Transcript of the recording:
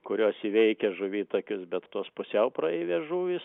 kurios įveikia žuvitakius bet tos pusiau praeivės žuvys